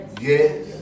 Yes